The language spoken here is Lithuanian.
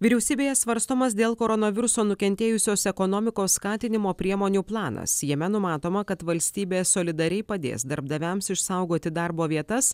vyriausybėje svarstomas dėl koronaviruso nukentėjusios ekonomikos skatinimo priemonių planas jame numatoma kad valstybė solidariai padės darbdaviams išsaugoti darbo vietas